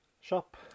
shop